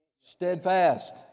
steadfast